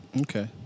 Okay